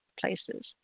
places